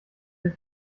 der